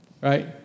Right